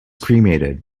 cremated